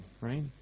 right